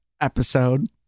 episode